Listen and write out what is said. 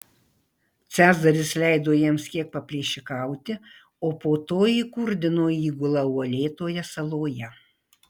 cezaris leido jiems kiek paplėšikauti o po to įkurdino įgulą uolėtoje saloje